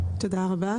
תודה רבה.